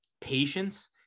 patience